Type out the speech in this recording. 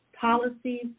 policies